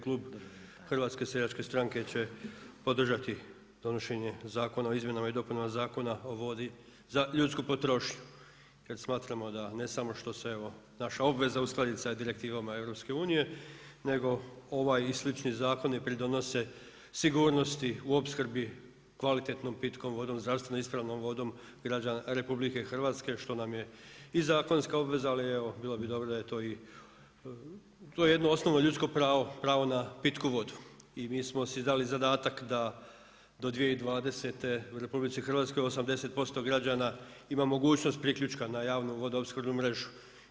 Klub HSS će podržati donošenje Zakona o izmjenama i dopunama Zakona o vodi za ljudsku potrošnju jer smatramo da ne samo što je evo naša obveza uskladiti sa direktivama EU nego ovaj i slični zakoni pridonose sigurnosti u opskrbi kvalitetnom pitkom vodom, zdravstvenom ispravnom vodom građana RH što nam je i zakonska obveza ali evo, bilo bi dobro da je to i, to je jedno osnovno ljudsko pravo, pravo na pitku vodu i mi smo si dali zadatak da do 2020. u RH 80% građana ima mogućnost priključka na javnu vodoopskrbnu mrežu.